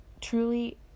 truly